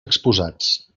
exposats